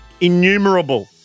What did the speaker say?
innumerable